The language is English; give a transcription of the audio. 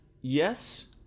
yes